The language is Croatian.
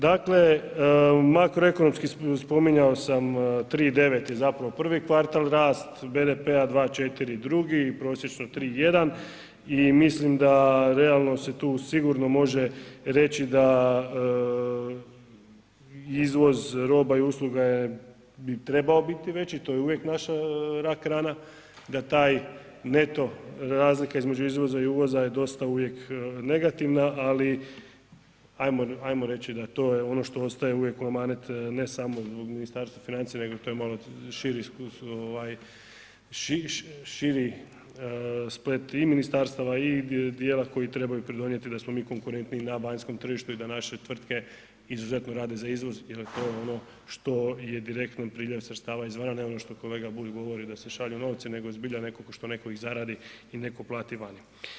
Dakle, makroekonomski spominjao sam 3 i 9 je zapravo prvi kvartal rast BDP-a, 2,4 drugi i prosječno 3,1 i mislim da realno se tu sigurno može reći da izvoz roba i usluga bi trebao biti veći, to je uvijek naša rak rana da taj neto razlika između izvoza i uvoza je dosta uvijek negativna, ali hajmo reći da je to je ono što ostaje uvijek u amanet ne samo zbog Ministarstva financija nego to je malo širi splet i ministarstava i dijela koji trebaju pridonijeti da smo mi konkurentniji na vanjskom tržištu i da naše tvrtke izuzetno rade za izvoz jer je to ono što je direktan priljev sredstava izvana, ne znam što kolega Bulj govori da se šalju novci nego zbilja što ih netko zaradi i netko plati vani.